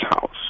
house